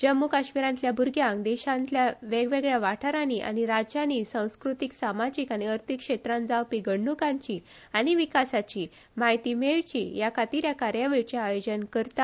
जम्मू आनी काश्मीरातल्या भ्रग्यांक देशातल्या विंगड विंगड वाठारानी आनी राज्यानी सांस्कृतिक सामाजिक आनी आर्थिक क्षेत्रान जावपी घडण्कांची आनी विकासाची म्हायती मेळची ह्या खातीर ह्या कार्यावळीचे आयोजन केले वता